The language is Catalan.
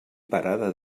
parada